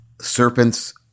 serpents